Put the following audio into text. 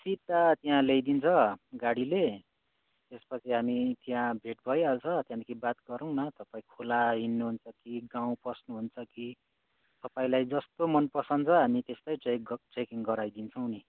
सिधा त्यहाँ ल्याइदिन्छ गाडीले त्यसपछि हामी त्यहाँ भेट भइहाल्छ त्यहाँदेखि बात गरौँ न तपाईँ खोला हिँड्नुहुन्छ कि गाउँ पस्नुहुन्छ कि तपाईँलाई जस्तो मनपसन्द छ हामी त्यस्तै ट्रेकिङ गराइदिन्छौँ नि